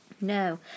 No